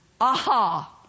aha